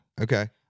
Okay